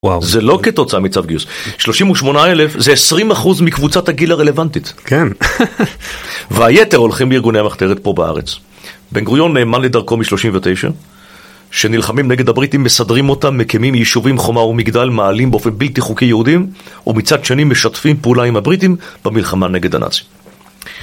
זה לא כתוצאה מצב גיוס. 38,000 זה 20% מקבוצת הגיל הרלוונטית. והיתר הולכים לארגוני המחתרת פה בארץ. בן גריון נאמן לדרכו משלושים ותשע, שנלחמים נגד הבריטים, מסדרים אותם, מקימים יישובים, חומה ומגדל, מעלים באופן בלתי חוקי יהודים, ומצד שני משתפים פעולה עם הבריטים במלחמה נגד הנאצים.